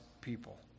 people